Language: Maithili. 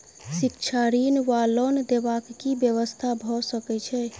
शिक्षा ऋण वा लोन देबाक की व्यवस्था भऽ सकै छै?